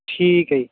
ਠੀਕ ਹੈ ਜੀ